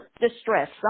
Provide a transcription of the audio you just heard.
distress